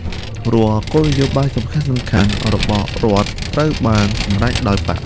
រាល់គោលនយោបាយសំខាន់ៗរបស់រដ្ឋត្រូវបានសម្រេចដោយបក្ស។